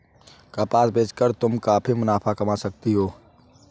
कपास बेच कर तुम काफी मुनाफा कमा सकती हो